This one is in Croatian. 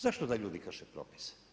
Zašto da ljudi krše propise.